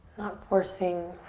forcing.